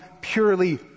purely